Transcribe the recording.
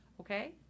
Okay